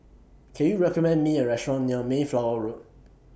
Can YOU recommend Me A Restaurant near Mayflower Road